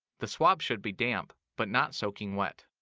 the swab should be damp, but not soaking wet.